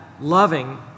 loving